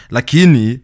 Lakini